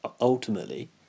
ultimately